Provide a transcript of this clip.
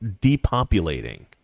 depopulating